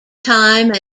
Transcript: time